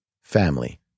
Family